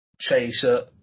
chaser